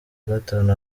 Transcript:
gatanu